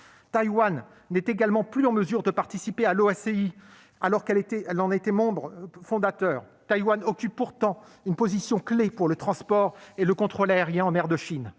Taïwan n'est également plus en mesure de participer à l'OACI, alors qu'elle en a été membre fondateur et qu'elle occupe une position clé pour le transport et le contrôle aériens en mer de Chine.